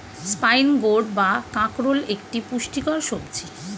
spine gourd বা কাঁকরোল একটি পুষ্টিকর সবজি